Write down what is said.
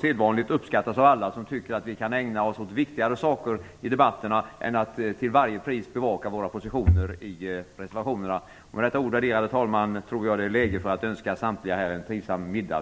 sedvanligt uppskattas av alla som tycker att vi i debatterna kan ägna oss åt viktigare saker än att till varje pris bevaka våra positioner i reservationerna. Med detta, värderade talman, tror jag att det är läge för att önska samtliga här en trivsam middag.